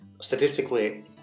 Statistically